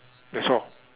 that's all